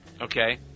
okay